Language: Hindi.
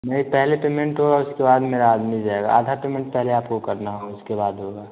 नहीं पहले पेमेंट होगा उसके बाद मेरा आदमी जाएगा आधा पेमेंट पहले आपको करना होगा उसके बाद होगा